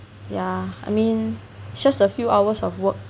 yeah I mean it's just a few hours of work